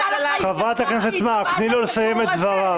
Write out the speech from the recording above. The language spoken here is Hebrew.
חברת הכנסת מארק, תני לו לסיים את דבריו.